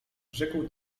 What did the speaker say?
rzekł